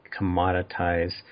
commoditize